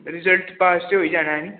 result 'ਚ pass ਤਾਂ ਹੋ ਹੀ ਜਾਣਾ